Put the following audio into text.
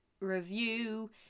review